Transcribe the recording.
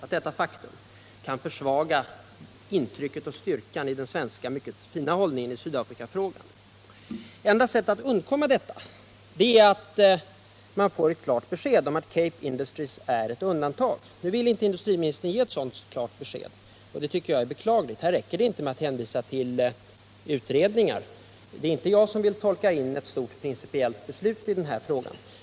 Det är ett faktum som kan försvaga — Nr 25 intrycket av och styrkan den Svenska: mycket fina hållningen i Syd Fredagen den afrikafrågan. Och enda sättet att undvika detta är att vi får ett klart Il november 1977 besked om att Cape Industries är ett undantag. Nu vill inte industri= = i ministern ge ett sådant klart besked, och det tycker jag är beklagligt. Om svenska Här räcker det inte med att hänvisa till utredningar. Det är inte jag = tolkningsuttalanden som vill tolka in ett stort principiellt beslut i denna fråga.